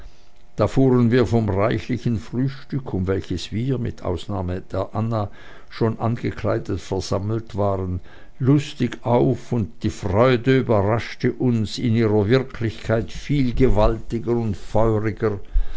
da fuhren wir vom reichlichen frühstück um welches wir mit ausnahme annas schon angekleidet versammelt waren lustig auf und die freude überraschte uns in ihrer wirklichkeit viel gewaltiger und feuriger